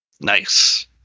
nice